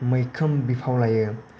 मैखोम बिफाव लायो